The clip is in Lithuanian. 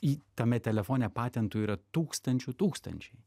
į tame telefone patentų yra tūkstančių tūkstančiai